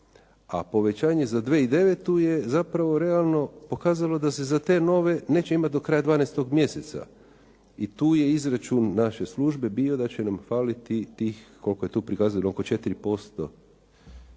a povećanje za 2009. je zapravo realno pokazalo da se za te nove neće imati do kraja 12. mjeseca i tu je izračun naše službe bio da će nam faliti tih koliko je tu prikazano, oko 4%,